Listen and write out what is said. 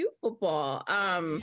football